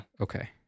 Okay